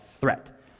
threat